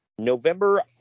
November